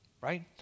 Right